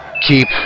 keep